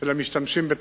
של המשתמשים בתחבורה.